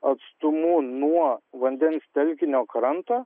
atstumu nuo vandens telkinio kranto